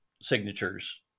signatures